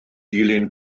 dilyn